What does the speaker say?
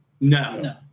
No